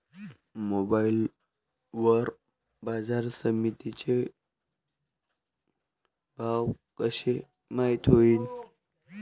Mobile वर बाजारसमिती चे भाव कशे माईत होईन?